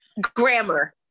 Grammar